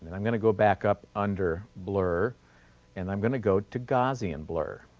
and i'm going to go back up under blur and i'm going to go to gaussian blur.